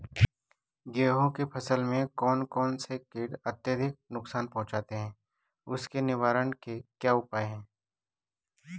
गेहूँ की फसल में कौन कौन से कीट अत्यधिक नुकसान पहुंचाते हैं उसके निवारण के क्या उपाय हैं?